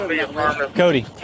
Cody